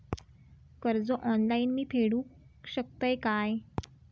कर्ज ऑनलाइन मी फेडूक शकतय काय?